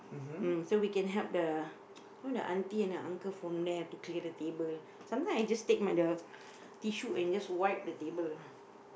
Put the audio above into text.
mm so we can help the you know the aunty and the uncle from there have to clear the table sometimes I just take my the tissue and just wipe the table